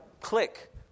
click